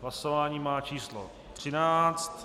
Hlasování číslo 13.